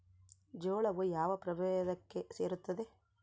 ಜೋಳವು ಯಾವ ಪ್ರಭೇದಕ್ಕೆ ಸೇರುತ್ತದೆ?